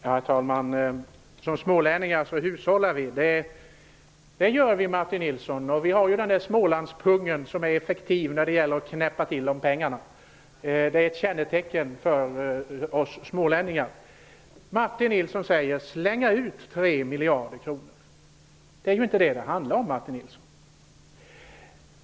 Herr talman! Som smålänningar hushållar vi, Martin Nilsson. Vi har smålandspungen som är effektiv när det gäller att knäppa till om pengarna. Det är ett kännetecken för oss smålänningar. Martin Nilsson talar om att vi skulle slänga ut 3 miljarder kronor. Det är inte vad det handlar om.